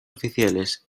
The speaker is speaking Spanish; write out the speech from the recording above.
oficiales